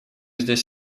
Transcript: здесь